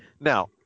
Now